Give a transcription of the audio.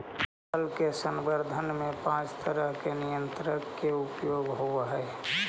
फल के संवर्धन में पाँच तरह के नियंत्रक के उपयोग होवऽ हई